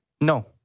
No